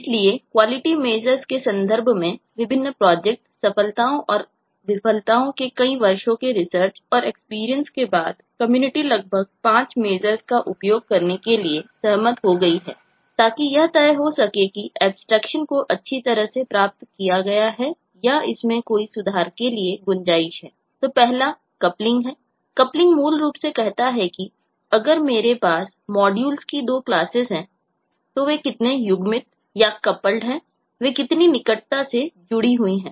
इसलिए quality measures हैं वे कितनी निकटता से जुड़ी हुई हैं